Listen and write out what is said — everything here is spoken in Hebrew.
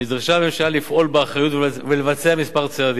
נדרשה הממשלה לפעול באחריות ולבצע צעדים מספר,